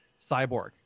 cyborg